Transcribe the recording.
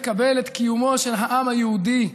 לקבל את קיומו של העם היהודי,